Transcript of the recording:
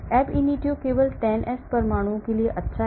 Ab initio केवल 10s परमाणुओं के लिए अच्छा है